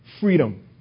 freedom